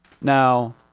Now